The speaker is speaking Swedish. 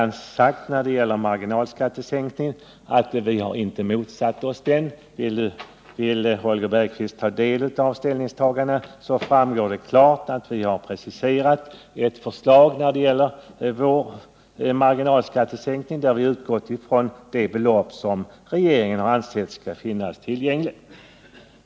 När det gäller marginalskattesänkningen har jag redan sagt att vi inte har motsatt oss en sådan, men vill Holger Bergqvist ta del av våra ställningstaganden på den punkten, kan jag hänvisa till vår partimotion. Där har vi klart preciserat vårt förslag i fråga om marginalskattesänkningen, varvid vi har utgått från det belopp som regeringen har ansett skall finnas tillgängligt.